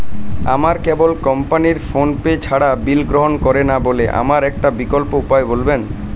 আমার cable company PhonePe ছাড়া bill গ্রহণ করে না বলে আমার একটা বিকল্প উপায় বলবেন?